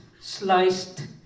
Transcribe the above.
sliced